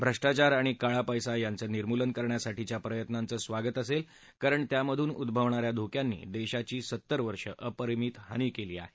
भ्रष्टाचार आणि काळापैश्यांचं निमूर्लन करण्यासाठीच्या प्रयत्त्नाचं स्वागत असेल कारण त्यामधून उद्भवणाऱ्या धोक्यांनी देशाची सत्तर वर्षे अपरिमितहानी केली आहे